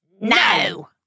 No